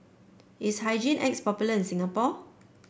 is Hygin X popular in Singapore